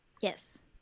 Yes